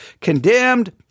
condemned